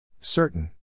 Certain